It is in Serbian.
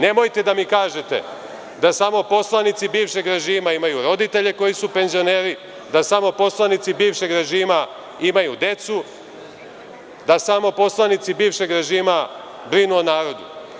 Nemojte da mi kažete da samo poslanici bivšeg režima imaju roditelje koji su penzioneri, da samo poslanici bivšeg režima imaju decu, da samo poslanici bivšeg režima brinu o narodu.